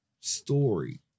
story